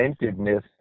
inventiveness